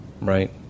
right